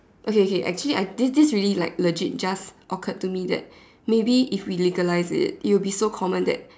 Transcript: okay okay actually I this this really like just occurred to me like that maybe if we legalise it it will be so common that